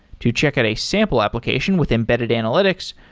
to check out a sample application with embedded analytics,